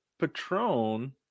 Patron